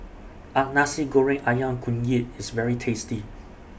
An Nasi Goreng Ayam Kunyit IS very tasty